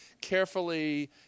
carefully